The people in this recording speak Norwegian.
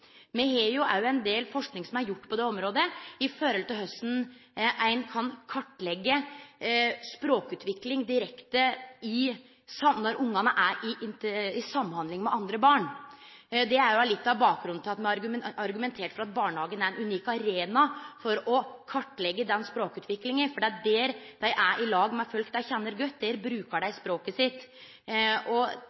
Me har også ein del forsking som er gjort på det området, om korleis ein kan kartleggje språkutvikling direkte når ungane er i samhandling med andre ungar. Det er litt av bakgrunnen for at det blir argumentert for at barnehagen er ein unik arena for å kartleggje den språkutviklinga, for det er der dei er i lag med folk dei kjenner godt, der brukar dei språket sitt.